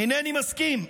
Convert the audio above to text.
אינני מסכים.